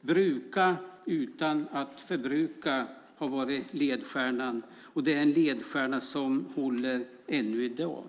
Bruka utan att förbruka har varit ledstjärnan, och det är en ledstjärna som håller ännu i dag.